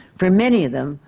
for many of them,